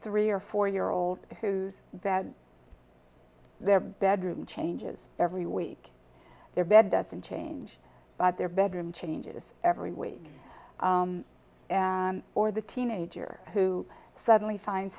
three or four year old who's that their bedroom changes every week their bed doesn't change but their bedroom changes every week or the teenager who suddenly finds